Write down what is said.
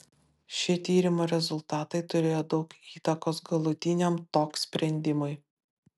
šie tyrimo rezultatai turėjo daug įtakos galutiniam tok sprendimui